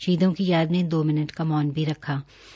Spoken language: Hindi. शहीदों को याद में दो मिनट का मौन रखा गया